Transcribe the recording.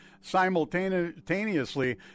simultaneously